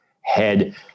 head